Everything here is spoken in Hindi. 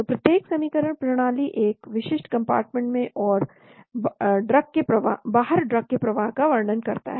तो प्रत्येक समीकरण प्रणाली एक विशिष्ट कंपार्टमेंट में और बाहर ड्रग के प्रवाह का वर्णन करता है